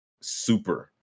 super